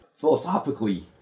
philosophically